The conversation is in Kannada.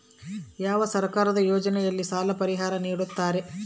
ಯಾವ ಸರ್ಕಾರದ ಯೋಜನೆಯಲ್ಲಿ ಸಾಲ ಪರಿಹಾರ ನೇಡುತ್ತಾರೆ?